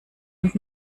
und